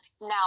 Now